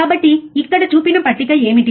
కాబట్టి ఇక్కడ చూపిన పట్టిక ఏమిటి